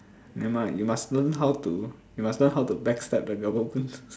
never mind you must learn how to you must learn how to backstab the government